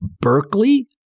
Berkeley